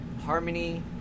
Harmony